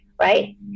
right